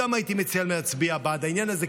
הייתי מציע גם להם להצביע בעד העניין הזה,